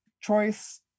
choice